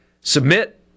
Submit